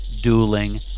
dueling